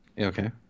Okay